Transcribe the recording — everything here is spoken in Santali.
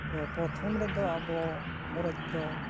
ᱛᱚ ᱯᱨᱚᱛᱷᱚᱢ ᱨᱮᱫᱚ ᱟᱵᱚ ᱠᱷᱚᱨᱚᱪ ᱫᱚ